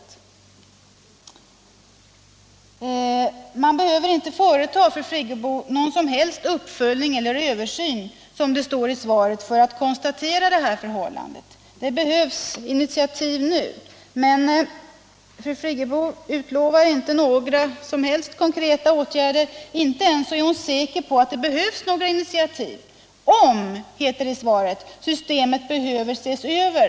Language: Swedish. Nr 90 Man behöver inte, fru Friggebo, företa någon uppföljning eller översyn, Fredagen den som det heter i svaret, för att konstatera det här förhållandet. Det behövs — 18 mars 1977 initiativ nu. Men fru Friggebo utlovar inte några som helst konkreta —— åtgärder. Hon är inte ens säker på att det behövs några initiativ om, Om ökad rättvisa i heter det i svaret, systemet behöver ses över.